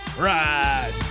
ride